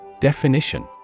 Definition